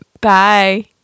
Bye